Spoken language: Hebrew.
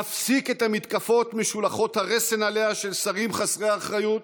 נפסיק את המתקפות משולחות הרסן עליה של שרים חסרי אחריות,